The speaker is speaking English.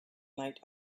night